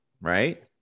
right